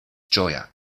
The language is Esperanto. ĝoja